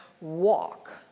walk